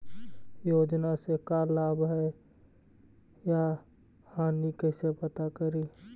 योजना से का लाभ है या हानि कैसे पता करी?